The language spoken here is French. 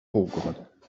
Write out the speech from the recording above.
peaugres